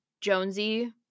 Jonesy